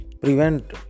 Prevent